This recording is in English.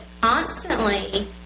constantly